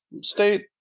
state